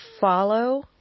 follow